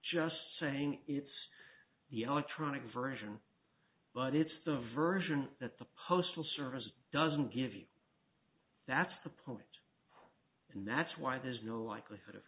just saying it's the alternative version but it's the version that the postal service doesn't give you that's the poet and that's why there's no likelihood of